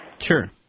Sure